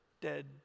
dead